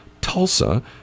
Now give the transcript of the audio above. Tulsa